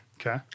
Okay